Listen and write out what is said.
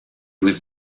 was